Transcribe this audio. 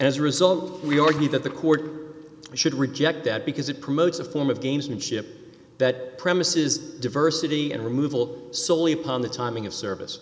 as a result we argued that the court should reject that because it promotes a form of gamesmanship that premise is diversity and removal solely upon the timing of service